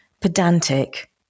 pedantic